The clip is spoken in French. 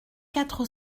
quatre